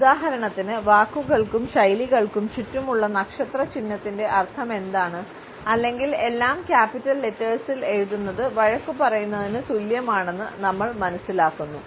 ഉദാഹരണത്തിന് വാക്കുകൾക്കും ശൈലികൾക്കും ചുറ്റുമുള്ള നക്ഷത്രചിഹ്നത്തിന്റെ അർത്ഥമെന്താണ് അല്ലെങ്കിൽ എല്ലാം ക്യാപിറ്റൽ ലെറ്റേഴ്സിൽ എഴുതുന്നത് വഴക്കു പറയുന്നതിന് തുല്യമാണെന്ന് നമ്മൾ മനസ്സിലാക്കുന്നു